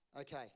Okay